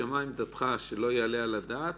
תישמע עמדתך שלא יעלה על הדעת,